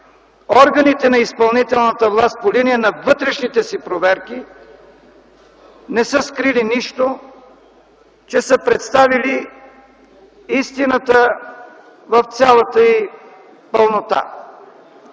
органите на изпълнителната власт по линия на вътрешните си проверки, не са скрили нищо, че са представили истината в цялата й пълнота.